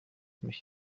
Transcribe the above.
mich